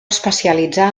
especialitzar